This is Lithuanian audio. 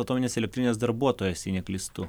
atominės elektrinės darbuotojas jei neklystu